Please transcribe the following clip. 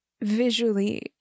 visually